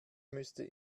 müsste